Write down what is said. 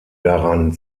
daran